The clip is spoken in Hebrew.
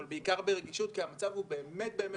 אבל בעיקר ברגישות כי המצב באמת באמת מורכב.